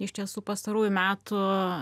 iš tiesų pastarųjų metų